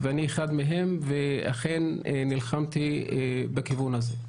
ואני אחד מהם ואכן נלחמתי בכיוון הזה,